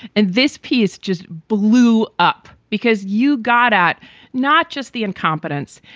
and this piece just blew up because you got at not just the incompetence,